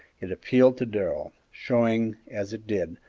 it appealed to darrell, showing, as it did,